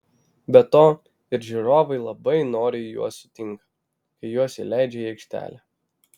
be to ir žiūrovai labai noriai juos sutinka kai juos įleidžia į aikštelę